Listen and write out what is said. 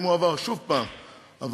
אם הוא עבר שוב הפרה חמורה,